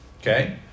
okay